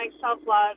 self-love